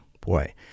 boy